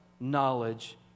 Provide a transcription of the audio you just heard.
knowledge